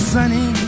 Sunny